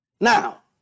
Now